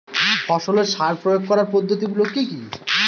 ফসলের সার প্রয়োগ করার পদ্ধতি গুলো কি কি?